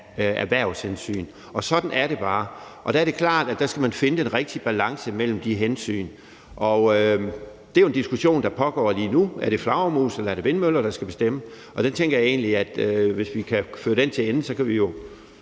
der. Sådan er det bare, og der er det klart, at man skal finde den rigtige balance mellem de hensyn. Det er jo en diskussion, der pågår lige nu: Er det flagermus, eller er det vindmøller, der skal veje tungest? Der tænker jeg egentlig, at vi, hvis vi kan føre den til ende, kan havne